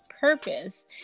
purpose